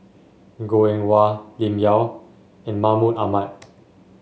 Goh Eng Wah Lim Yau and Mahmud Ahmad